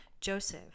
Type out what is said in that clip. Joseph